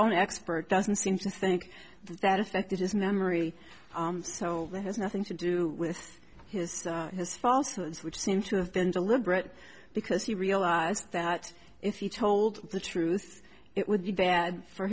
own expert doesn't seem to think that affected his memory so it has nothing to do with his his falsus which seems to have been deliberate because he realized that if you told the truth it would be bad for